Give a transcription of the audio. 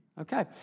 Okay